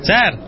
Sir